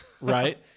right